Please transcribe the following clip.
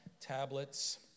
tablets